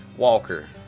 Walker